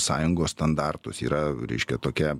sąjungos standartus yra reiškia tokia